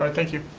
but thank you.